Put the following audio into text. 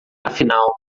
afinal